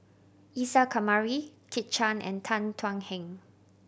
Isa Kamari Kit Chan and Tan Thuan Heng